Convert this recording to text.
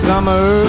Summer